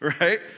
right